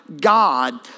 God